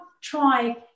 try